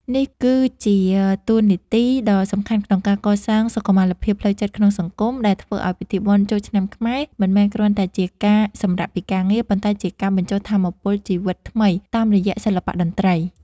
នេះគឺជាតួនាទីដ៏សំខាន់ក្នុងការកសាងសុខុមាលភាពផ្លូវចិត្តក្នុងសង្គម ដែលធ្វើឱ្យពិធីបុណ្យចូលឆ្នាំខ្មែរមិនមែនគ្រាន់តែជាការសម្រាកពីការងារ ប៉ុន្តែជាការបញ្ចូលថាមពលជីវិតថ្មីតាមរយៈសិល្បៈតន្ត្រី។